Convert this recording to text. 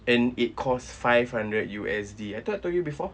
and it costs five hundred U_S_D I thought I told you before